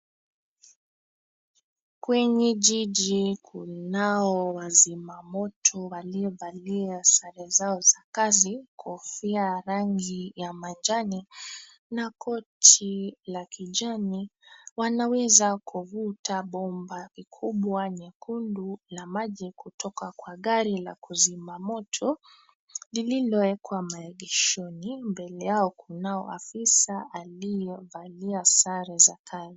Kwenye jiji, kunao wazima moto waliovalia sare zao za kazi: kofia ya rangi ya majani na koti la kijani. Wanaweza kuvuta bomba kikubwa nyekundu la maji kutoka kwa gari la kuzima moto, lililoekwa maegeshoni. Mbele yao kunao afisa aliyevalia sare za kazi.